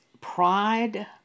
Pride